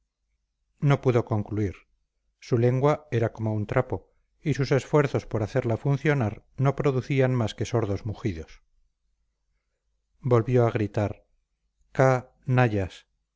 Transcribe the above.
no pudo concluir su lengua era como un trapo y sus esfuerzos por hacerla funcionar no producían más que sordos mugidos volvió a gritar ca